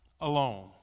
alone